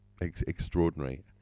extraordinary